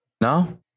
No